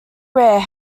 rare